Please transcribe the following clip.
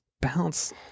bounce